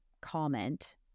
comment